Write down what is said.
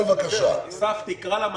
הישיבה נעולה.